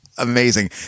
Amazing